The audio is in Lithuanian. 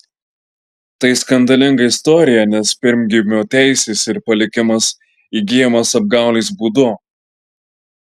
tai skandalinga istorija nes pirmgimio teisės ir palikimas įgyjamas apgaulės būdu